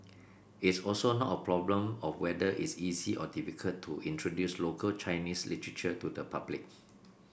it's also not a problem of whether it's easy or difficult to introduce local Chinese literature to the public